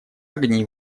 огни